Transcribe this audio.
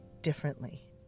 differently